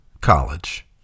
college